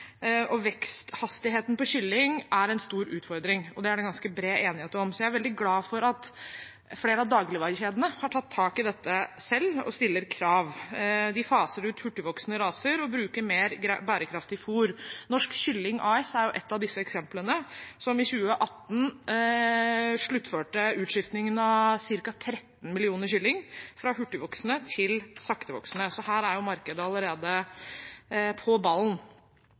Veksthastigheten på kylling er en stor utfordring. Det er det ganske bred enighet om. Jeg er veldig glad for at flere av dagligvarekjedene har tatt tak i dette selv og stiller krav. De faser ut hurtigvoksende raser og bruker mer bærekraftig fôr. Norsk Kylling AS er et av disse eksemplene. I 2018 sluttførte de utskiftingen av ca. 13 millioner kylling, fra hurtigvoksende til saktevoksende, så her er markedet allerede på ballen.